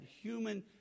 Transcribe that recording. human